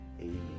Amen